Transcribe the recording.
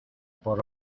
por